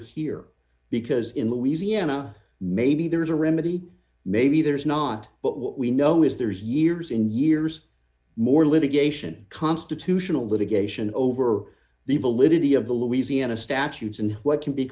here because in louisiana maybe there is a remedy maybe there's not but what we know is there is years and years more litigation constitutional litigation over the validity of the louisiana statutes and what can be